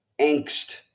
angst